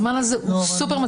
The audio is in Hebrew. הזמן הזה הוא סופר-מצומצם.